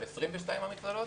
על 22 המכללות,